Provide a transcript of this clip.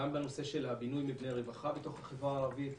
גם בנושא בינוי מבני רווחה בתוך החברה הערבית.